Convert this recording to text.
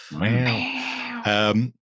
Wow